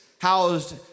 housed